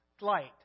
Light